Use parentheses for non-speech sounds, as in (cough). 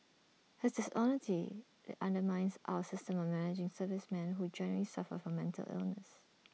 his dishonesty (hesitation) undermines our system of managing servicemen who genuinely suffer from mental illness